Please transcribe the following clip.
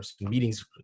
meetings